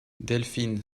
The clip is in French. delphine